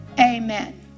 Amen